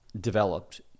developed